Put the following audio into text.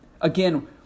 Again